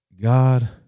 God